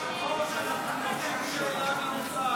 אנחנו מבקשים שאלה מהצד.